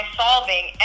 solving